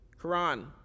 Quran